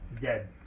Dead